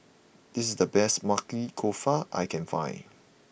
this is the best Maili Kofta I can find